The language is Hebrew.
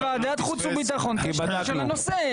--- ועדת חוץ וביטחון של הנושא.